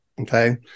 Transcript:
Okay